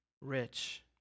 rich